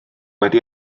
wedi